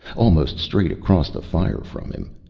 almost straight across the fire from him,